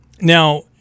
Now